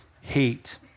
hate